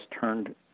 turned